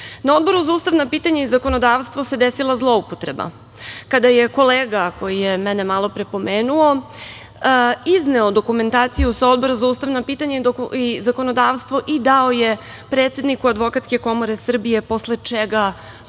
Odboru za ustavna pitanja i zakonodavstvo se desila zloupotreba, kada je kolega koji je mene malopre pomenuo izneo dokumentaciju sa Odbora za ustavna pitanja i zakonodavstvo i dao je predsedniku Advokatske komore Srbije, posle čega su